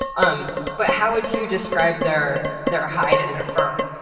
um but how would you describe their their hide and their fur?